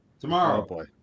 Tomorrow